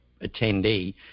attendee